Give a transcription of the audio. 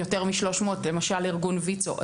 למשל בארגון ויצו,